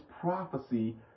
prophecy